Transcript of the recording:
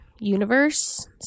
universe